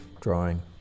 drawing